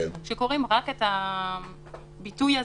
כשקוראים רק את הביטוי הזה,